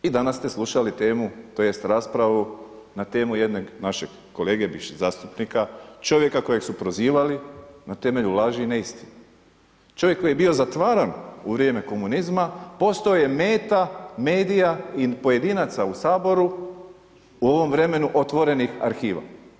I danas ste slušali temu tj. raspravu na temu jednog našeg kolege bivšeg zastupnika, čovjeka kojeg su prozivali na temelju laži i neistine, čovjek koji je bio zatvaran u vrijeme komunizma postao je meta medija i pojedinaca u Saboru u ovom vremenu otvorenih arhiva.